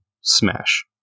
Smash